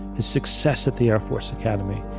his success at the airforce academy,